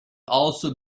also